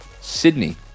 Sydney